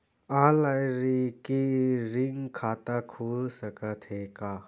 Online recurring खाता खुल सकथे का?